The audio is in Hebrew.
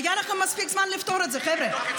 היה לכם מספיק זמן לפתור את זה, חבר'ה.